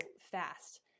fast